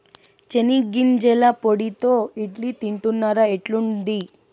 చెనిగ్గింజల పొడితో ఇడ్లీ తింటున్నారా, ఎట్లుంది